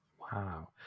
Wow